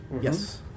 Yes